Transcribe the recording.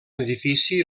edifici